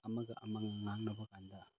ꯑꯃꯒ ꯑꯃꯒ ꯉꯥꯡꯅꯕ ꯀꯥꯟꯗ